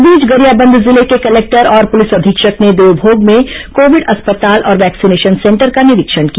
इस बीच गरियाबंद जिले के कलेक्टर और पुलिस अधीक्षक ने देवभोग में कोविड अस्पताल और वैक्सीनेशन सेंटर का निरीक्षण किया